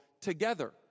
together